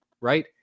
right